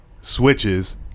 switches